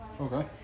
Okay